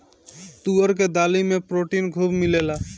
तुअर के दाली में प्रोटीन खूब मिलेला